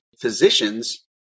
physicians